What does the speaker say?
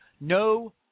No